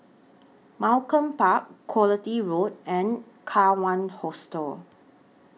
Malcolm Park Quality Road and Kawan Hostel